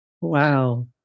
Wow